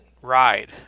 ride